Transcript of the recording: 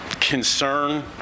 concern